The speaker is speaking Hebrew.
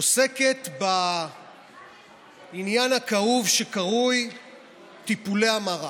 עוסקת בעניין הכאוב שקרוי טיפולי המרה.